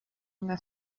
una